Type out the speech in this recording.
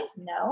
No